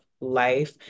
life